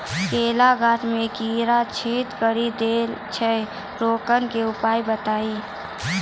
केला गाछ मे कीड़ा छेदा कड़ी दे छ रोकने के उपाय बताइए?